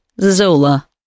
Zola